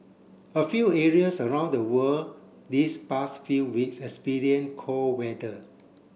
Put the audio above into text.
a few areas around the world this past few weeks cold weather